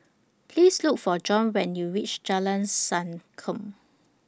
Please Look For John when YOU REACH Jalan Sankam